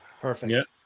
perfect